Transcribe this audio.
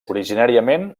originàriament